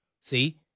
see